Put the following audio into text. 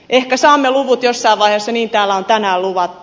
ehkä saamme luvut jossain vaiheessa niin täällä on tänään luvattu